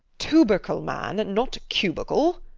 tubercle, man, not cubical.